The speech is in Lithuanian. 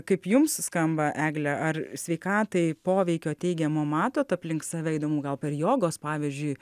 kaip jums skamba egle ar sveikatai poveikio teigiamo matot aplink save įdomu gal per jogos pavyzdžiui